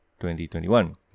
2021